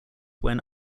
when